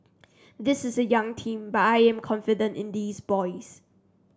this is a young team but I am confident in these boys